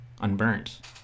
unburnt